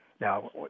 Now